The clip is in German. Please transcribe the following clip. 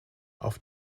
auf